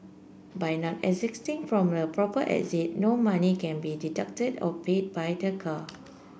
by not exiting from the proper exit no money can be deducted or paid by the car